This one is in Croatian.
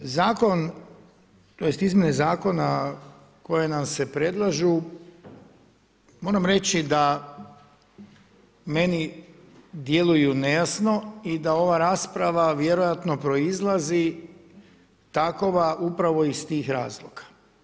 Izmjene zakona koje nam se predlažu, moram reći da meni djeluju nejasno i da ova rasprava vjerojatno proizlazi takva upravo iz tih razloga.